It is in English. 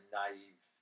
naive